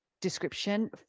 description